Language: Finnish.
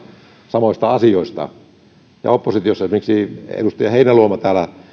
samoista asioista ja oppositiosta esimerkiksi edustaja heinäluoma